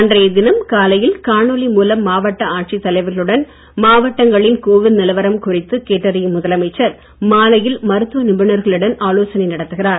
அன்றைய தினம் காலையில் காணொளி மூலம் மாவட்ட ஆட்சித் தலைவர்களுடன் மாவட்ட கோவிட் நிலவரம் குறித்து கேட்டறியும் முதலைமைச்சர் மாலையில் மருத்துவ நிபுணர்களிடம் ஆலோசனை மேற்கொள்கிறார்